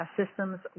systems